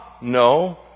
no